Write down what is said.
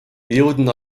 jõudnud